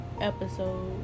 episode